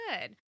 good